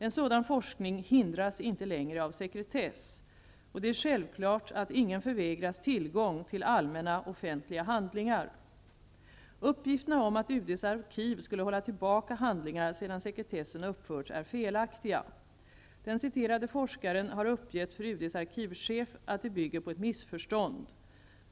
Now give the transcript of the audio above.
En sådan forskning hindras inte längre av sekretess, och det är självklart att ingen förvägras tillgång till allmänna offentliga handlingar. Uppgifterna om att UD:s arkiv skulle hålla tillbaka handlingar sedan sekretessen upphört är felaktiga. Den citerade forskaren har uppgett för UD:s arkivchef att uppgifterna bygger på ett missförstånd.